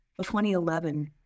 2011